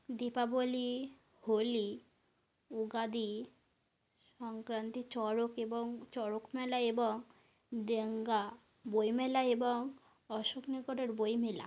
দীপাবলি হোলি উগাদি সংক্রান্তি চড়ক এবং চড়ক মেলা এবং দেঙ্গা বই মেলা এবং অশোকনগরের বই মেলা